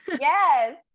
Yes